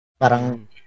parang